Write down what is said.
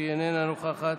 איננה נוכחת,